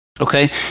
Okay